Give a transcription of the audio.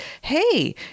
hey